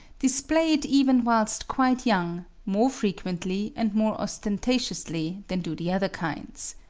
display it even whilst quite young, more frequently and more ostentatiously than do the other kinds.